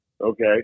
Okay